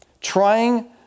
Trying